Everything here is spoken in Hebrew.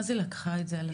מה זה לקחה את זה על עצמה?